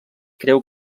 creu